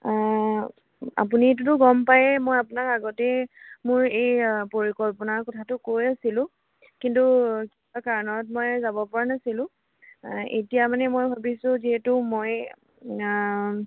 আপুনি এইটোতো গম পায়ে মই আপোনাক আগতেই মোৰ এই পৰিকল্পনাৰ কথাটো কৈ আছিলো কিন্তু কিবা কাৰণত মই যাব পৰা নাছিলো এতিয়া মানে মই ভাবিছো যিহেতু মই